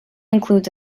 includes